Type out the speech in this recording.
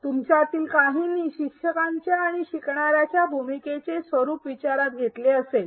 तुमच्यातील काहींनी शिक्षकांच्या आणि शिकणार्याच्या भूमिकेचे स्वरूप विचारात घेतले असेल